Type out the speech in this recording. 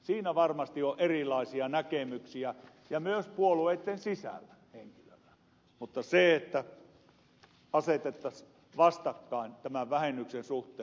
siinä varmasti on erilaisia näkemyksiä myös puolueitten sisällä henkilöillä mutta ei niin että asetuttaisiin vastakkain tämän vähennyksen suhteen